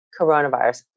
coronavirus